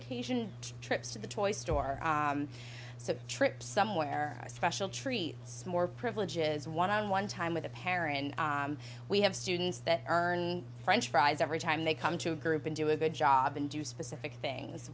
occasion trips to the toy store so trip somewhere special treats more privileges one on one time with a parent we have students that earn french fries every time they come to a group and do a good job and do specific things